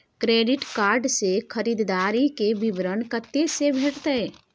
Credit card से खरीददारी के विवरण कत्ते से भेटतै?